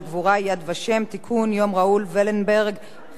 יום ראול ולנברג וחסידי אומות העולם).